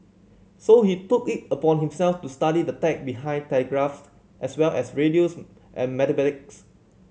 so he took it upon himself to study the tech behind telegraph as well as radios and mathematics